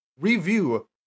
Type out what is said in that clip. review